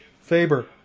Faber